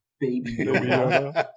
baby